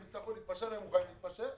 הם יצטרכו להתפשר והם מוכנים להתפשר,